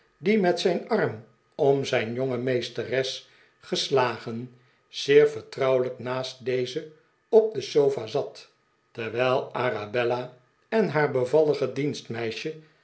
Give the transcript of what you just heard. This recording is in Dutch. die met zijn arm om zijn jonge meesteres geslagen zeer vertrouwelijk naast deze op de sofa zat terwijl arabella en haar bevallige